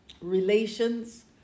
relations